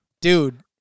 dude